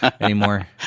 anymore